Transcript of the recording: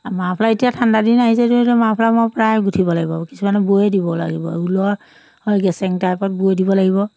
মাৰ্ফলা এতিয়া ঠাণ্ডা দিন আহিছে যিহেতু মাৰ্ফলা মই প্ৰায় গুঠিব লাগিব কিছুমানে বৈয়ে দিব লাগিব ঊলৰ হয় গেচেং টাইপত বৈ দিব লাগিব